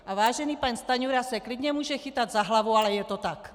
A vážený pan Stanjura se klidně může chytat za hlavu, ale je to tak.